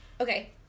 Okay